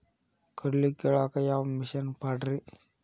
ಕಡ್ಲಿ ಕೇಳಾಕ ಯಾವ ಮಿಷನ್ ಪಾಡ್ರಿ?